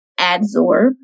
adsorb